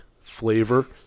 flavor